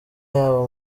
yaba